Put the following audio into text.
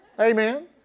Amen